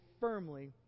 firmly